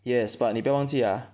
yes but 你不要忘记 ah